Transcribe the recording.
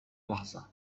لحظة